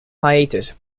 hiatus